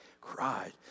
cried